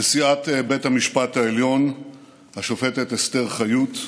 נשיאת בית המשפט העליון השופטת אסתר חיות,